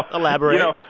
elaborate no,